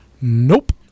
Nope